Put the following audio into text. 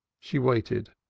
she waited,